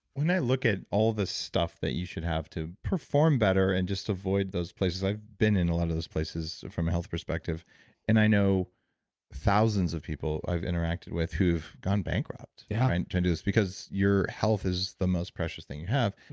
when i look at all the stuff that you should have to perform better and just avoid those places. i've been in a lot of those places, from a health perspective and i know thousands of people i've interacted with who've gone bankrupt yeah and trying to do this because your health is the most precious thing you have.